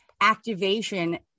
activation